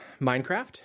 Minecraft